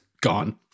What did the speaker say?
gone